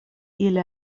ili